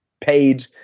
paid